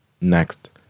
Next